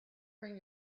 bring